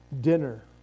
dinner